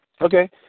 Okay